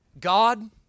God